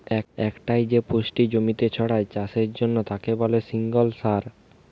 একটাই যে পুষ্টি জমিতে ছড়ায় চাষের জন্যে তাকে বলে সিঙ্গল সার